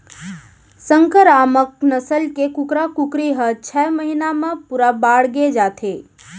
संकरामक नसल के कुकरा कुकरी ह छय महिना म पूरा बाड़गे जाथे